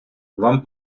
вам